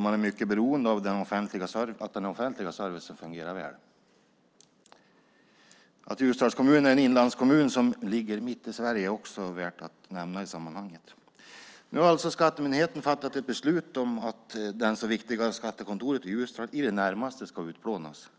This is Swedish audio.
Man är mycket beroende av att den offentliga servicen fungerar väl. Att Ljusdals kommun är en inlandskommun mitt i Sverige är också värt att nämnas i sammanhanget. Nu har skattemyndigheten fattat beslut om att det så viktiga skattekontoret i Ljusdal i det närmaste ska utplånas.